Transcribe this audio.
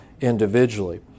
individually